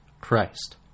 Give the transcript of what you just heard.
Christ